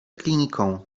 kliniką